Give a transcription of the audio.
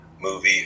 movie